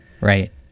Right